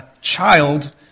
child